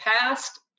past